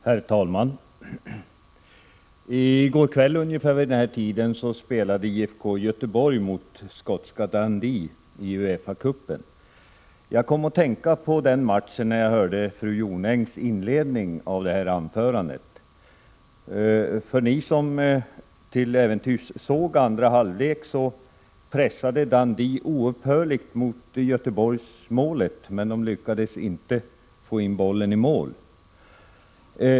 Herr talman! I går kväll vid den här tiden spelade IFK Göteborg mot skotska Dundee i UEFA-cupen. Jag kom att tänka på den matchen när jag hörde Gunnel Jonängs inledning. Ni som till äventyrs såg andra halvlek vet att Dundee pressade oupphörligt mot Göteborgsmålet men inte lyckades få in bollen i mål.